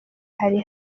hari